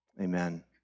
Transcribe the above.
Amen